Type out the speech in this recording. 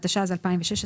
התשע"ו-2016,